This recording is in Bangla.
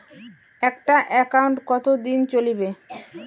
একটা একাউন্ট কতদিন চলিবে?